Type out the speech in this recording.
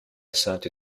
sainte